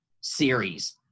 series